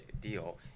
Deal